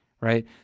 right